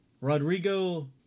Rodrigo